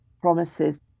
promises